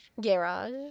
Garage